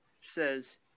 says